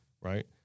Right